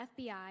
FBI